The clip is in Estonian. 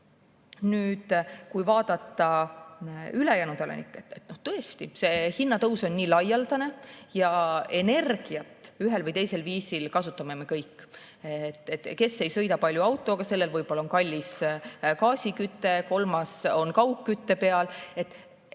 Nüüd, kui vaadata ülejäänud elanikke, siis tõesti, hinnatõus on laialdane ja energiat ühel või teisel viisil kasutame me kõik. Kes ei sõida palju autoga, sellel võib-olla on kallis gaasiküte, kolmas on kaugkütte peal. Seda